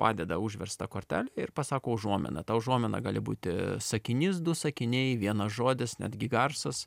padeda užverstą kortelę ir pasako užuominą ta užuomina gali būti sakinys du sakiniai vienas žodis netgi garsas